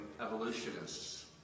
evolutionists